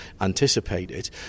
anticipated